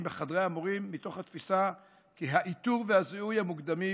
בחדרי המורים מתוך תפיסה כי האיתור והזיהוי המוקדמים